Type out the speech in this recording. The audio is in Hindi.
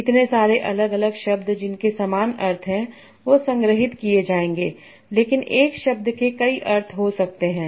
इतने सारे अलग अलग शब्द जिनके समान अर्थ हैं वो संग्रहीत किए जाएंगे लेकिन एक शब्द के कई अर्थ हो सकते हैं